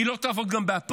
היא לא תעבוד גם באפריל,